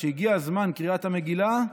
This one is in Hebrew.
כשהגיע זמן קריאת המגילה,